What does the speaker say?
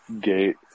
gate